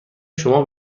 شما